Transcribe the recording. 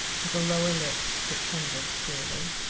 with a lower lip that trembled queerly.